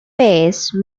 pace